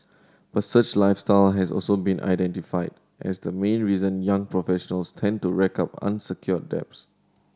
but such lifestyle has also been identified as the main reason young professionals tend to rack up unsecured debts